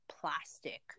plastic